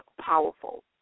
powerful